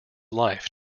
life